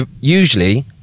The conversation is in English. usually